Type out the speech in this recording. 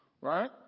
right